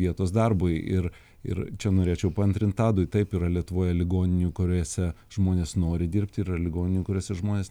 vietos darbui ir ir čia norėčiau paantrint tadui taip yra lietuvoje ligoninių kuriose žmonės nori dirbti ir yra ligoninių kuriose žmonės